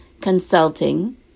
Consulting